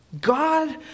God